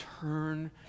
turn